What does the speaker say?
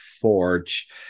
Forge